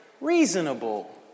reasonable